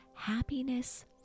Happiness